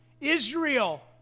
Israel